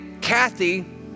Kathy